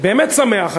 באמת שמח,